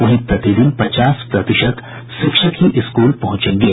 वहीं प्रतिदिन पचास प्रतिशत शिक्षक ही स्कूल पहुंचेंगे